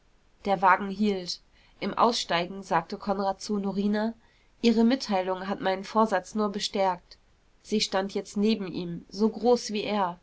der wagen hielt im aussteigen sagte konrad zu norina ihre mitteilung hat meinen vorsatz nur bestärkt sie stand jetzt neben ihm so groß wie er